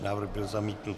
Návrh byl zamítnut.